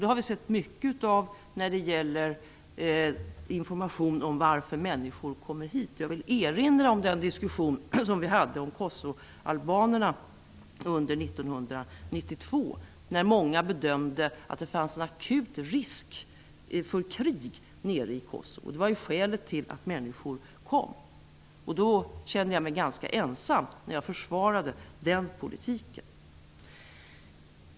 Det har vi sett mycket av när det gäller information om varför människor kommer hit. Jag vill erinra om den diskussion som vi hade om kosovoalbanerna under 1992. Då bedömde många att det fanns en akut risk för krig nere i Kosovo. Det var skälet till att människor kom. Då kände jag mig ganska ensam när jag försvarade den politiken.